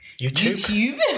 YouTube